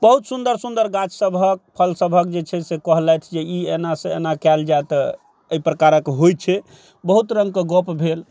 बहुत सुन्दर सुन्दर गाछ सबहक फल सबहक जे छै से कहलथि जे ई एनासँ एना कयल जायत अइ प्रकारके होइ छै बहुत रङ्गके गप भेल